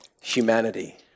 humanity